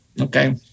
Okay